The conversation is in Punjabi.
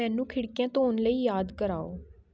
ਮੈਨੂੰ ਖਿੜਕੀਆਂ ਧੋਣ ਲਈ ਯਾਦ ਕਰਾਓ